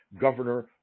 Governor